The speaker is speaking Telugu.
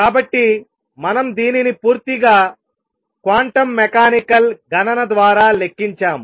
కాబట్టి మనం దీనిని పూర్తిగా క్వాంటం మెకానికల్ గణన ద్వారా లెక్కించాము